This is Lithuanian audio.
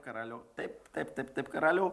karaliau taip taip taip taip karaliau